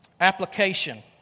Application